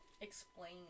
explain